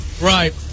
Right